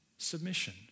submission